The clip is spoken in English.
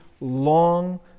long